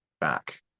back